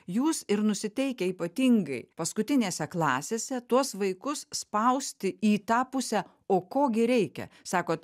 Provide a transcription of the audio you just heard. jūs ir nusiteikę ypatingai paskutinėse klasėse tuos vaikus spausti į tą pusę o ko gi reikia sakot